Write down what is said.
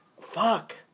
fuck